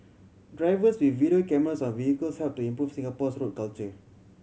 drivers with video cameras on vehicles help to improve Singapore's road culture